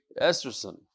Esterson